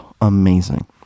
amazing